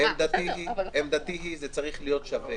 עמדתי היא שזה צריך להיות שווה.